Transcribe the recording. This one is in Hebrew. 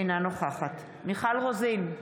אינה נוכחת מיכל רוזין,